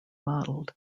modeled